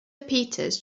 peters